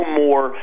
more